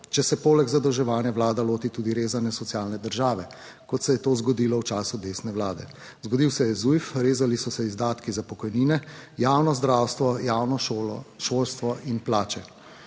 če se poleg zadolževanja vlada loti tudi rezanja socialne države, kot se je to zgodilo v času desne vlade. Zgodil se je ZUJF, rezali so se izdatki za pokojnine, javno zdravstvo, javno šolo, šolstvo in plače.